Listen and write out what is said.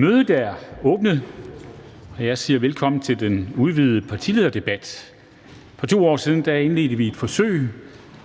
Kristensen): Jeg siger velkommen til den udvidede partilederdebat. For 2 år siden indledte vi et forsøg